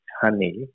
honey